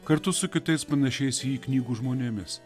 kartu su kitais panašiais į jį knygų žmonėmis